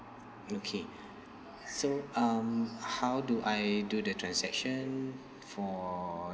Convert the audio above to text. okay so um how do I do the transaction for